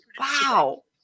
wow